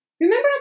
Remember